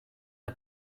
der